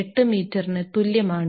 248 മീറ്ററിന് തുല്യമാണ്